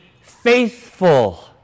faithful